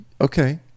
okay